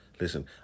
Listen